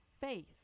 faith